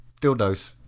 dildos